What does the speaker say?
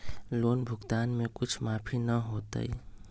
Loan भुगतान में कुछ माफी न होतई?